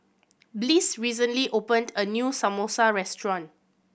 Bliss recently opened a new Samosa restaurant